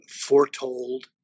foretold